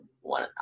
one